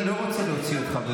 אני לא רוצה להוציא אותך.